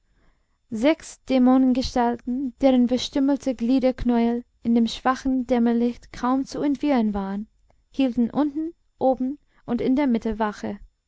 sechs dämonengestalten deren verstümmelte gliederknäuel in dem schwachen dämmerlicht kaum zu entwirren waren hielten unten oben und in der mitte wache